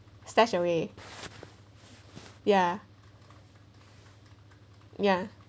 stashed away ya ya